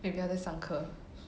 maybe 她在上课